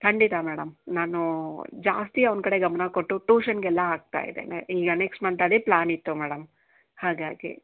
ಖಂಡಿತ ಮೇಡಮ್ ನಾನು ಜಾಸ್ತಿ ಅವ್ನ ಕಡೆ ಗಮನ ಕೊಟ್ಟು ಟೂಷನ್ಗೆಲ್ಲ ಹಾಕ್ತಾ ಇದ್ದೇನೆ ಈಗ ನೆಕ್ಸ್ಟ್ ಮಂತ್ ಅದೇ ಪ್ಲಾನ್ ಇತ್ತು ಮೇಡಮ್ ಹಾಗಾಗಿ